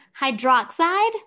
hydroxide